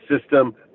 system